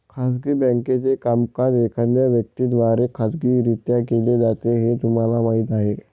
खाजगी बँकेचे कामकाज एखाद्या व्यक्ती द्वारे खाजगीरित्या केले जाते हे तुम्हाला माहीत आहे